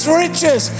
riches